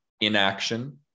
Inaction